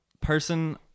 person